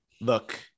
Look